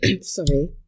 sorry